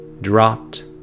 dropped